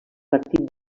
partit